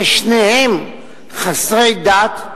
ששניהם חסרי דת,